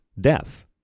death